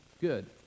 good